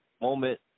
moment